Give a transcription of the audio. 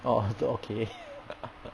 orh t~ okay